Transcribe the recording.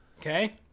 okay